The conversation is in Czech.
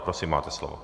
Prosím máte slovo.